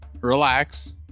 Relax